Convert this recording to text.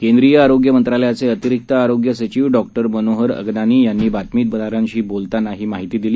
केंद्रीयआरोग्यमंत्रालयाचेअतिरिक्तआरोग्यसचिवडॉक्टरमनोहरअग्नानीयांनीबातमीदारांशीबोलतानाहीमाहितीदिली